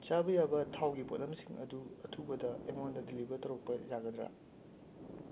ꯆꯥꯕ ꯌꯥꯕ ꯊꯥꯎꯒꯤ ꯄꯣꯠꯂꯝꯁꯤꯡ ꯑꯗꯨ ꯑꯊꯨꯕꯗ ꯑꯩꯉꯣꯟꯗ ꯗꯤꯂꯤꯕꯔ ꯇꯧꯔꯛꯄ ꯌꯥꯒꯗ꯭ꯔ